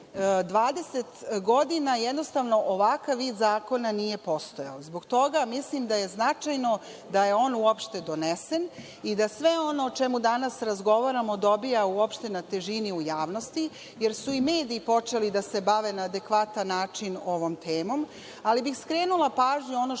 godina ovakav vid zakona nije postojao. Zbog toga mislim da je značajno da je on uopšte donesen i da sve ono o čemu danas razgovaramo dobija uopšte na težini u javnosti, jer su i mediji počeli da se bave na adekvatan način ovom temom, ali bih skrenula pažnju ono